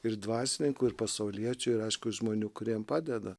ir dvasininkų ir pasauliečių ir aišku žmonių kuriems padeda